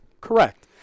Correct